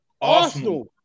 Arsenal